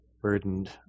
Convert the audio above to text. Burdened